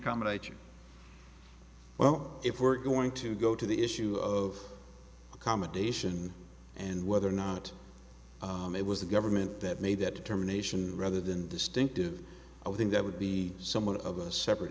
you well if we're going to go to the issue of accommodation and whether or not it was the government that made that determination rather than distinctive i think that would be somewhat of a separate